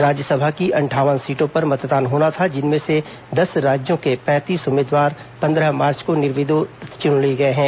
राज्यसभा की अंठावन सीटों पर मतदान होना था जिनमें से दस राज्यों के तैंतीस उम्मीदवार पंद्रह मार्च को निर्विरोध चुन लिए गए थे